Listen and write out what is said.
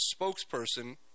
spokesperson